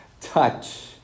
touch